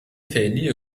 فعلی